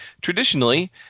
Traditionally